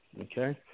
okay